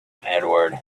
edward